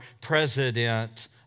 President